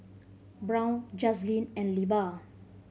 Brown Jazlene and Levar